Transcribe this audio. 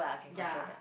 yea